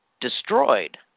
destroyed